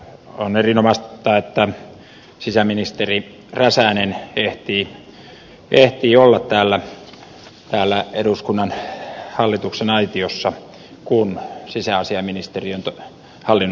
on erinomaista että sisäministeri räsänen ehtii olla täällä eduskunnassa hallituksen aitiossa kun sisäasianministeriön hallinnonalaa käsitellään